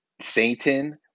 Satan